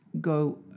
go